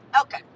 Okay